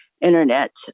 internet